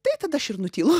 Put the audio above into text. tai tada aš nutylu